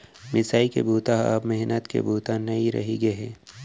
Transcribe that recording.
मिसाई के बूता ह अब मेहनत के बूता नइ रहि गे हे